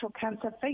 cancer